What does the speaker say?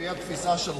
על-פי התפיסה שלך,